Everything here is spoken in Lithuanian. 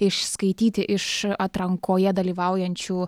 išskaityti iš atrankoje dalyvaujančių